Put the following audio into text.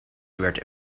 werd